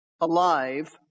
alive